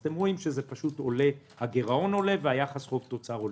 אז אתם רואים שהגירעון עולה ויחס חוב-תוצר עולה.